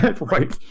Right